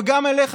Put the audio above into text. וגם אליך,